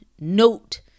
note